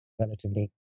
relatively